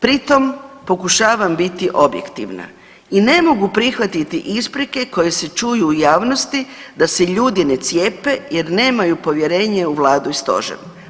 Pri tom pokušavam biti objektivna i ne mogu prihvatiti isprike koje se čuju u javnosti da se ljudi ne cijepe jer nemaju povjerenje u vladu i stožer.